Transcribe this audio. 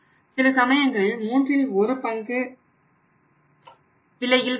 சில சமயங்களில் மூன்றில் ஒரு பங்கு விலையில் கிடைக்கும்